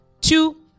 two